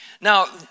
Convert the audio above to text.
Now